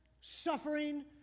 suffering